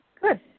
Good